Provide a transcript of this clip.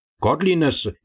Godliness